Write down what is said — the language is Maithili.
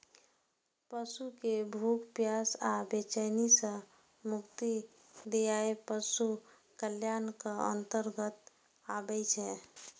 पशु कें भूख, प्यास आ बेचैनी सं मुक्ति दियाएब पशु कल्याणक अंतर्गत आबै छै